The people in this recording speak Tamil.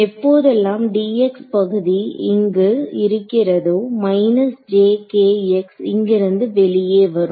எப்போதெல்லாம் பகுதி இங்கு இருக்கிறதோ இங்கிருந்து வெளியே வரும்